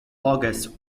august